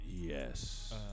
Yes